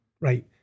right